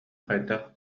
хайдах